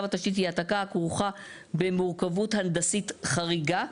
התשתית היא העתקה הכרוכה במורכבות הנדסית חריגה",